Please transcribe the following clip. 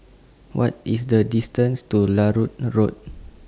What IS The distance to Larut Road